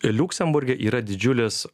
liuksemburge yra didžiulis